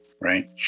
Right